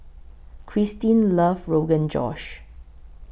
Krystin loves Rogan Josh